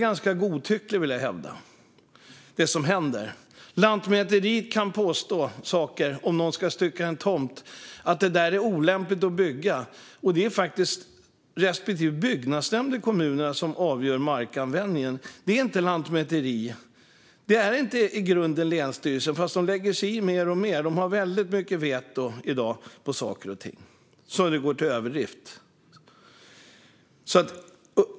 Jag vill hävda att det som händer är ganska godtyckligt. Om någon ska stycka en tomt kan Lantmäteriet påstå att det är olämpligt att bygga där. Men det är faktiskt respektive byggnadsnämnd i kommunerna som avgör markanvändningen och inte Lantmäteriet. Det är i grunden inte länsstyrelsen, fast de lägger sig i mer och mer. De har väldigt mycket veto i dag. Det går till överdrift.